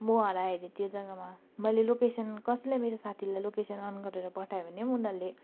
म हराएँ अरे त्यो जगामा मैले लोकेसन कसैलाई मेरो साथीलाई लोकेसन अन गरेर पठाएँ भने उनीहरूले